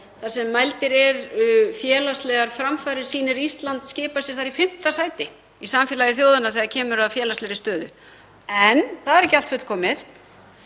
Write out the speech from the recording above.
þar sem mældar eru félagslegar framfarir, sýnir Ísland skipa sér í fimmta sæti í samfélagi þjóðanna þegar kemur að félagslegri stöðu. En það er ekki allt fullkomið